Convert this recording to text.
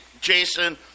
Jason